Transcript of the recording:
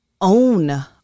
own